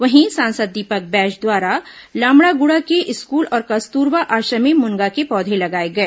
वहीं सांसद दीपक बैज द्वारा लामड़ागुड़ा के स्कूल और कस्तूरबा आश्रम में मुनगा के पौधे लगाए गए